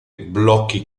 blocchi